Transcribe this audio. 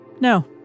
No